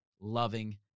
loving